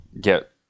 get